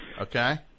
Okay